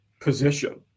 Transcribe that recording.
position